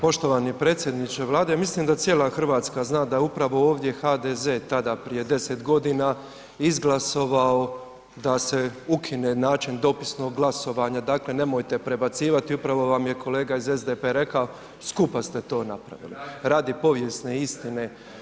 Poštovani predsjedniče Vlade mislim da cijela Hrvatska zna da je upravo ovdje HDZ tada prije 10 godina izglasovao da se ukine način dopisnog glasovanja, dakle nemojte prebacivati i upravo vam je kolega iz SDP-a rekao skupa ste to napravili, radi povijesne istine.